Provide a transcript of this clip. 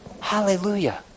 Hallelujah